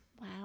Wow